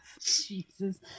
Jesus